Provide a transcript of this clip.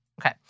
Okay